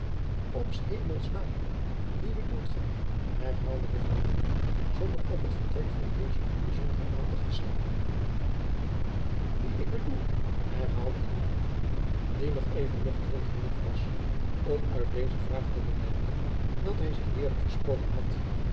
s hemels naam wien bedoelt gij herhaalde de vreemdeling zonder op het vertrek van den jesuit bijzonderen aandacht te slaan ie ik bedoel herhaalde groenhof die nog even nuchteren genoeg was om uit deze vraag te bemerken dat hij zich deerlijk versproken had